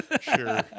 Sure